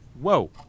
Whoa